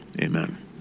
Amen